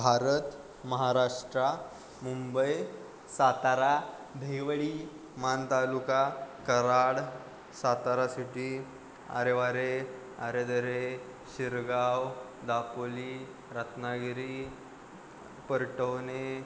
Bharat Maharashtra Mumbai Satara Dahiwadi Maan taluka Karad Satara city Arewware Aredare Shirgaon Dapoli Ratnagiri Paratwane